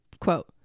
quote